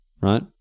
right